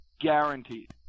guaranteed